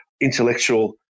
intellectual